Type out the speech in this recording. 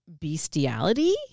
bestiality